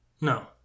No